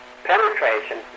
Penetration